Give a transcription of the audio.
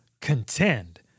contend